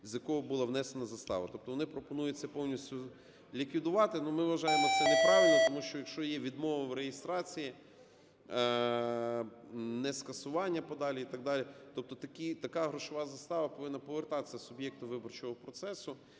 з якого була внесена застава". Тобто вони пропонують це повністю ліквідувати, але ми це вважаємо неправильно, тому що, якщо є відмова в реєстрації, нескасування подалі і так далі. Тобто така грошова застава повинна повертатися суб'єкту виборчого процесу.